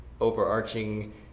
overarching